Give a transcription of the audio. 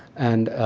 and